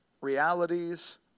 realities